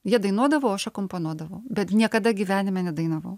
jie dainuodavo o aš akomponuodavau bet niekada gyvenime nedainavau